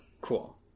cool